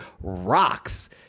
rocks